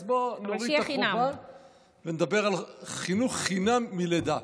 אז בואו נוריד את החובה ונדבר על חינוך חינם מלידה,